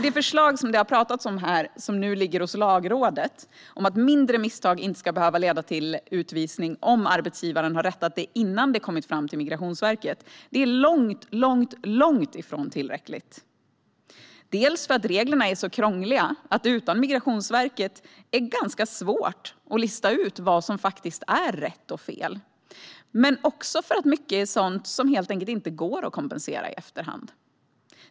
Det förslag som det har talats om här och som nu ligger hos Lagrådet, om att mindre misstag inte ska behöva leda till utvisning om arbetsgivaren har rättat det innan det kommit fram till Migrationsverket, är långt ifrån tillräckligt. Det är otillräckligt för att reglerna är så krångliga att det utan Migrationsverket är ganska svårt att lista ut vad som faktiskt är rätt och fel. Det är också otillräckligt för att mycket är sådant som helt enkelt inte går att kompensera i efterhand.